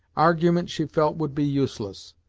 argument, she felt, would be useless,